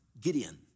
Gideon